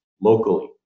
locally